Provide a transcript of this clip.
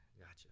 gotcha